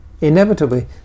Inevitably